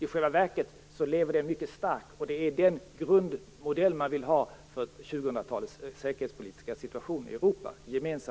I själva verket lever den mycket starkt, och gemensam säkerhet är den grundmodell som man vill ha för 2000-talets säkerhetspolitiska situation i Europa.